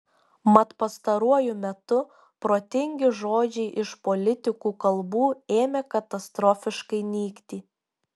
mat pastaruoju metu protingi žodžiai iš politikų kalbų ėmė katastrofiškai nykti